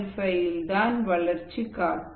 5 இல் தான் வளர்ச்சி காட்டும்